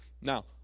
Now